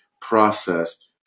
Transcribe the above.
process